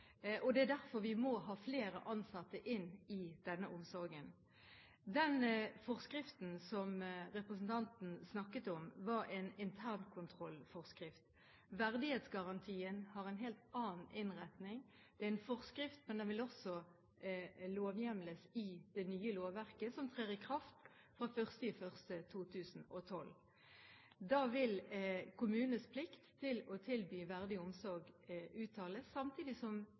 og det er derfor vi må ha flere ansatte inn i denne omsorgen. Den forskriften som representanten snakket om, var en internkontrollforskrift. Verdighetsgarantien har en helt annen innretning. Det er en forskrift, men den vil også lovhjemles i det nye lovverket som trer i kraft fra 1. januar 2012. Da vil kommunenes plikt til å tilby verdig omsorg uttales, samtidig som